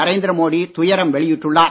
நரேந்திரமோடி துயரம் வெளியிட்டுள்ளார்